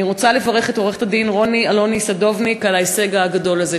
אני רוצה לברך את עו"ד רוני אלוני סדובניק על ההישג הגדול הזה.